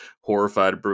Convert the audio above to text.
horrified